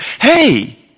hey